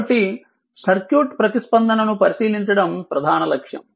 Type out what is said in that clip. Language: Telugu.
కాబట్టి సర్క్యూట్ ప్రతిస్పందనను పరిశీలించడం ప్రధాన లక్ష్యం